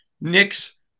Nick's